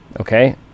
Okay